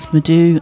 Madhu